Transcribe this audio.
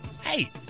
Hey